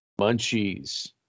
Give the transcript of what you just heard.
Munchies